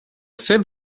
same